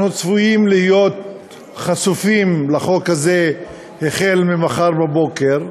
אנחנו צפויים להיות חשופים לחוק הזה החל ממחר בבוקר,